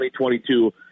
2022